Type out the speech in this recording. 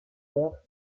pierre